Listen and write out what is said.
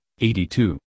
82